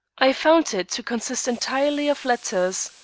i found it to consist entirely of letters.